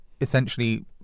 essentially